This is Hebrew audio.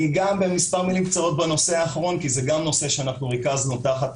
מספר מלים קצרות בנושא האחרון כי זה גם נושא שריכזנו תחת